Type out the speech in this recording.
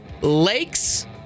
Lakes